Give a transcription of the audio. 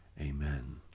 Amen